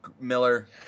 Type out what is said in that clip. Miller